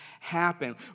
happen